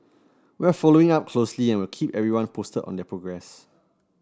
we are following up closely and will keep everyone posted on their progress